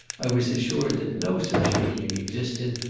i was assured that no such feeling existed,